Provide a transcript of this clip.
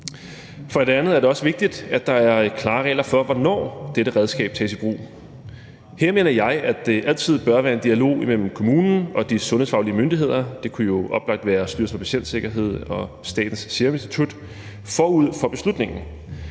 For det andet er det også vigtigt, at der er klare regler for, hvornår dette redskab tages i brug. Her mener jeg, at det altid bør være en dialog imellem kommunen og de sundhedsfaglige myndigheder – det kunne jo oplagt være Styrelsen for Patientsikkerhed og Statens Serum Institut – forud for beslutningen.